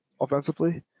offensively